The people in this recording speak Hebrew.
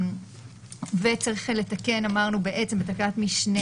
ב' אמרנו שצריך לתקן, גם בתקנת משנה